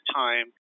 time